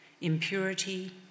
impurity